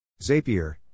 Zapier